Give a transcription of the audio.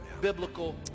biblical